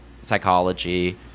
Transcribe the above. psychology